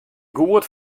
goed